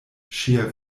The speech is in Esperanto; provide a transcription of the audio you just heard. ŝia